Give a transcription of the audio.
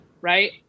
right